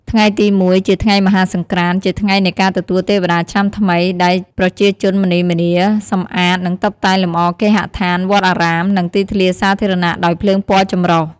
ថ្ងៃទី ១ ជាថ្ងៃមហាសង្ក្រាន្ត ជាថ្ងៃនៃការទទួលទេវតាឆ្នាំថ្មី ដែលប្រជាជនម្នីម្នា សម្អាត និងតុបតែងលម្អគេហដ្ឋាន វត្តអារាម និងទីធ្លាសាធារណៈដោយភ្លើងពណ៌ចម្រុះ។